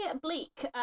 bleak